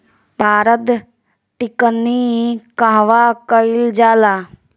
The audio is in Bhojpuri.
पारद टिक्णी कहवा कयील जाला?